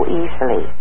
easily